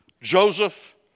Joseph